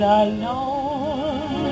alone